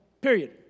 period